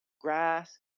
grass